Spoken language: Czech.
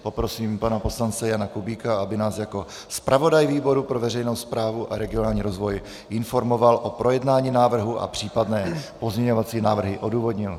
Poprosím pana poslance Jana Kubíka, aby nás jako zpravodaj výboru pro veřejnou správu a regionální rozvoj informoval o projednání návrhu a případné pozměňovací návrhy odůvodnil.